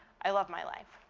i love my life.